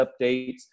updates